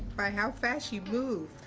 by how fast you move.